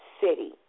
city